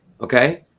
okay